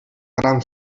gran